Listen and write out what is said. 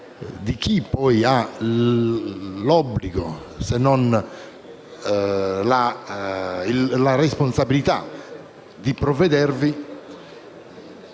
di chi ha l'obbligo, se non la responsabilità, di provvedervi)